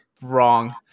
wrong